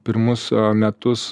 pirmus metus